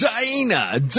Dana